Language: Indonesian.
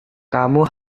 kamu